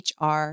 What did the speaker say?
HR